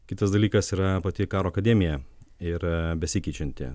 kitas dalykas yra pati karo akademija ir besikeičianti